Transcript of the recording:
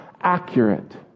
accurate